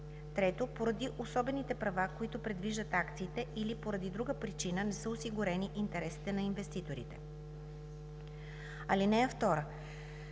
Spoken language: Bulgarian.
3. поради особените права, които предвиждат акциите, или поради друга причина не са осигурени интересите на инвеститорите. (2)